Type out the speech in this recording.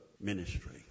ministry